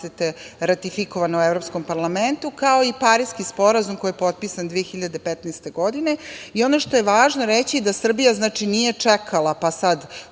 ratifikovano u Evropskom parlamentu, kao i Pariski sporazum, koji je potpisan 2015. godine. Ono što je važno reći je da Srbija nije čekala, pa sada